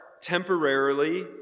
temporarily